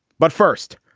but first,